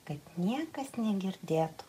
kad niekas negirdėtų